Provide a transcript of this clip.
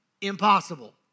impossible